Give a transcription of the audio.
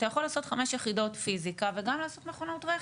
אתה יכול לעשות חמש יחידות פיזיקה וגם לעשות מכונאות רכב.